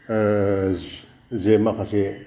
जे माखासे